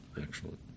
Excellent